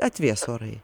atvės orai